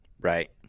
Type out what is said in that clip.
Right